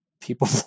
people